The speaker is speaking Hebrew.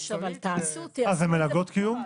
אה, אלה מלגות קיום